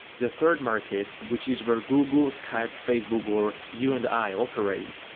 the third market, which is were google, skype, facebook, or you and i operate,